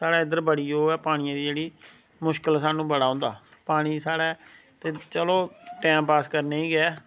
स्हाढ़ै इद्धर बड़ी ओह् ऐ पानिया दी जेहड़ी मुश्कल स्हानू बड़ा हुंदा पानी स्हाड़ै चलो टैम पास करने गी गै ऐ